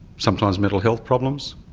sometimes mental health problems,